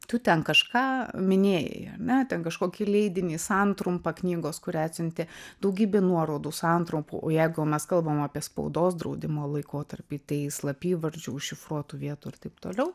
tu ten kažką minėjai ar ne ten kažkokį leidinį santrumpą knygos kurią atsiuntė daugybė nuorodų santrumpų o jeigu jau mes kalbam apie spaudos draudimo laikotarpį tai slapyvardžių užšifruotų vietų ir taip toliau